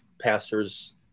pastors